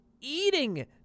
eating